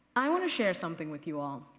i want to share something with you all.